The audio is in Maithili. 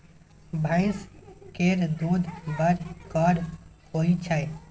भैंस केर दूध बड़ गाढ़ होइ छै